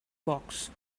box